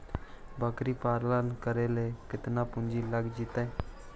बकरी पालन करे ल केतना पुंजी लग जितै?